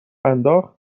انداخت